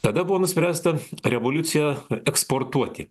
tada buvo nuspręsta revoliuciją eksportuoti